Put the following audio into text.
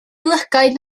lygaid